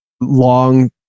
long